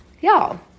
Y'all